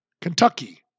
Kentucky